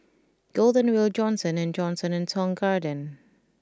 Golden Wheel Johnson and Johnson and Tong Garden